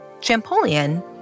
Champollion